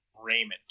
Raymond